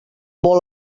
vol